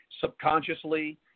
subconsciously